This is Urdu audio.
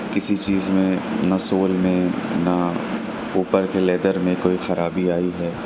کسی چیز میں نہ سول میں نہ اوپر کے لیدر میں کوئی خرابی آئی ہے